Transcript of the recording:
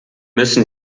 müssen